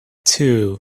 two